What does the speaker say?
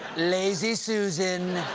lazy susan,